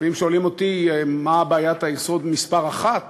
ואם שואלים אותי מה בעיית היסוד מספר אחת